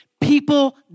People